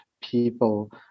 people